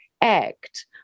act